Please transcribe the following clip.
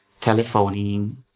Telephoning